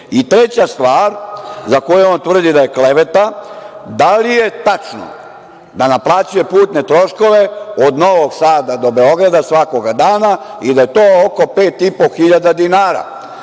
minusu? Treća stvar za koju on tvrdi da je kleveta – da li je tačno da naplaćuje putne troškove od Novog Sada do Beograda svakog dana i da je to oko 5.500 dinara?S